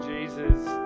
Jesus